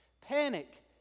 panic